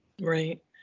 Right